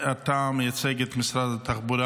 אתה מייצג את משרד התחבורה,